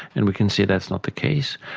and we can see that's not the case.